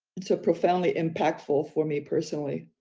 and so profoundly impactful for me personally,